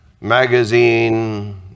magazine